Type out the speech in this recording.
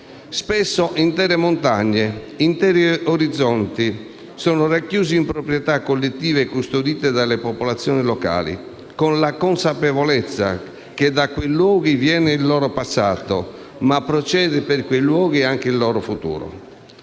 Spesso intere montagne e interi orizzonti sono racchiusi in proprietà collettive e custodite dalle popolazioni locali, con la consapevolezza che da quei luoghi viene il loro passato ma procede, per quei luoghi, anche il loro futuro.